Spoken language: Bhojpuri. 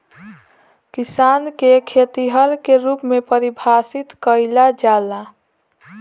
किसान के खेतिहर के रूप में परिभासित कईला जाला